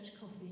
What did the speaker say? coffee